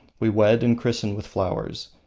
we wed and christen with flowers.